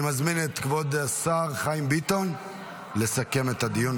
אני מזמין את כבוד השר חיים ביטון לסכם את הדיון.